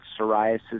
psoriasis